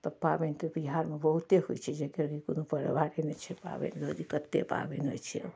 तऽ पाबनि तऽ बिहारमे बहुते होइ छै जेतेक कि कोनो पर्व हेबाके नहि छै पाबनि होइ छै कतेक पाबनि होइ छै